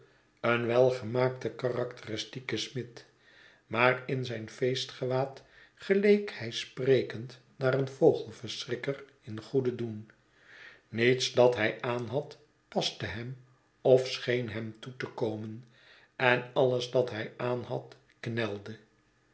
een welgemaakte karakteristieke smid maar in zijn feestgewaad geleek hij sprekend naar een vogelverschrikker in goeden doen niets dat hij aanhad paste hem of scheen hem toe te komen en alles dat hij aanhad knelde